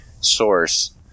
source